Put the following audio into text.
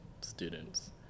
students